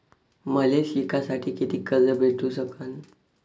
मले शिकासाठी कितीक कर्ज भेटू सकन?